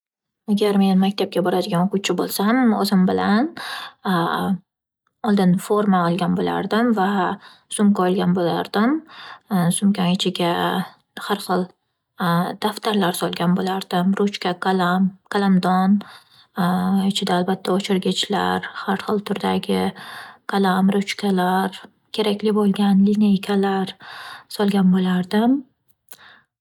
Agar men maktabga boradigan o'quvchi bo'lsam, o'zim bilan oldin forma olgan bo'lardim va sumka olgan bo'lardim. Sumkani ichiga har xil daftarlar solgan bo'lardim, ruchka, qalam, qalamdon ichida albatta o'chirgichlar har xil turdagi qalam, ruchkalar, kerakli bo'lgan lineykalar solgan bo'lardim.